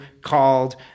called